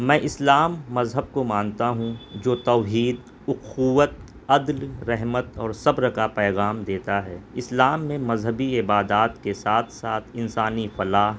میں اسلام مذہب کو مانتا ہوں جو توحید اخوت عدل رحمت اور صبر کا پیغام دیتا ہے اسلام میں مذہبی عبادات کے ساتھ ساتھ انسانی فلاح